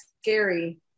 scary